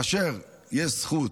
כאשר יש זכות,